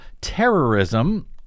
terrorism